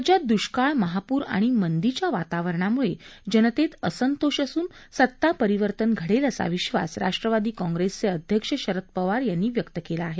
राज्यात दुष्काळ महापूर आणि मंदीच्या वातावरणामुळे जनतेत असंतोष असून सत्ता परिवर्तन घडेल असा विश्वास राष्ट्रवादी काँप्रिसचे अध्यक्ष शरद पवार यांनी व्यक्त केला आहे